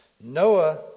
Noah